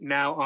Now